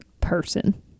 person